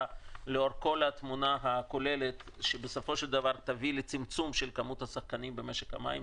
לאור כל התמונה הכוללת שבסופו של דבר תביא לצמצום השחקנים במשק המים.